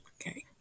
okay